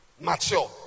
mature